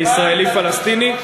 הישראלי פלסטיני.